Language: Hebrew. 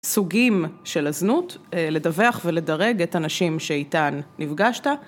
סוגים של הזנות, לדווח ולדרג את הנשים שאיתן נפגשת.